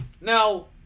Now